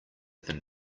than